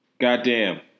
Goddamn